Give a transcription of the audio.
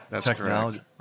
technology